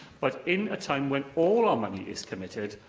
but in a time when all our money is committed,